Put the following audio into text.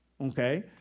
Okay